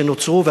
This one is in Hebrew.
שנוצרו,